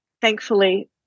thankfully